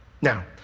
Now